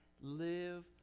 Live